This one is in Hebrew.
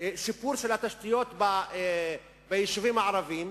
שיפור של התשתיות ביישובים הערביים,